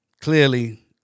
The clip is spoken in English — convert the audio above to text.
clearly